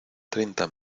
treinta